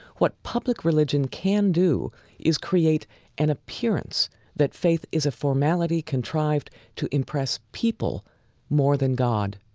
what public religion can do is create an appearance that faith is a formality contrived to impress people more than god.